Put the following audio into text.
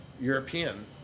European